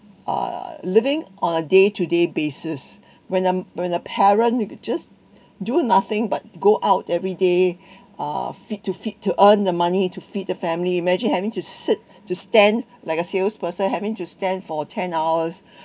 uh living on a day to day basis when a when a parent you could just do nothing but go out every day uh fit to fit to earn the money to feed the family imagine having to sit to stand like a salesperson having to stand for ten hours